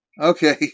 Okay